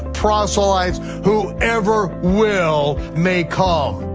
proselytes, whoever will may come.